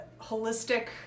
holistic